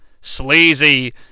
Sleazy